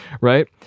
right